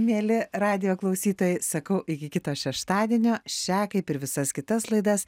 mieli radijo klausytojai sakau iki kito šeštadienio šią kaip ir visas kitas laidas